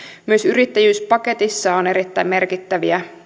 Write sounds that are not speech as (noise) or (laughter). myös yrittäjyyspaketissa on erittäin merkittäviä (unintelligible)